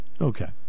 Okay